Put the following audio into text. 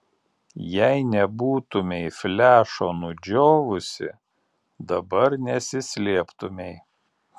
jei nebūtumei flešo nudžiovusi dabar nesislėptumei